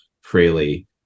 freely